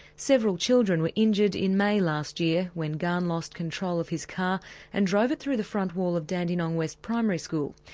several children were injured in may last year when gany lost control of his car and drove it through the front wall of dandenong west primary school.